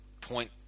point